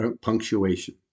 punctuation